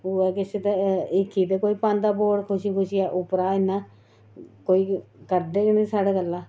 होऐ किश हीखी ते कोई पांदा वोट खुशी खुशिया उप्परां इन्ने कोई करदे गै निं साढ़े गल्ला